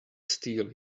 steal